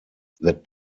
that